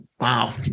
wow